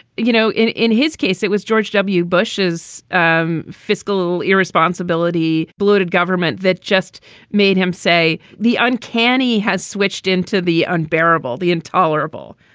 you know, in in his case, it was george w. bush's um fiscal irresponsibility, bloated government that just made him say the uncanny has switched into the unbearable, the intolerable.